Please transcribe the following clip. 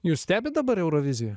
jūs stebit dabar euroviziją